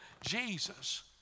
Jesus